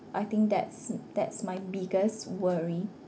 I think that's that's my biggest worry